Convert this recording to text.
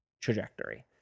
trajectory